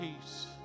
peace